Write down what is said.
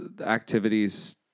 activities